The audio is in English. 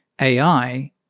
AI